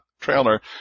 trailer